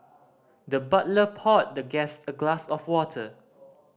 the butler poured the guest a glass of water